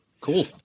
Cool